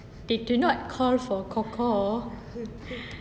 they do not call for kor kor